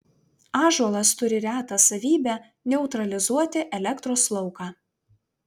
ąžuolas turi retą savybę neutralizuoti elektros lauką